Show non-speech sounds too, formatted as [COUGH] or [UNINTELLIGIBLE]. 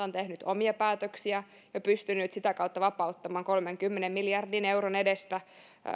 [UNINTELLIGIBLE] on tehnyt omia päätöksiä ja pystynyt sitä kautta vapauttamaan kolmenkymmenen miljardin euron edestä